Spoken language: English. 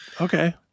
Okay